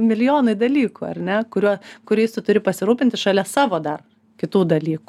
milijonai dalykų ar ne kuriuo kuriais tu turi pasirūpinti šalia savo dar kitų dalyk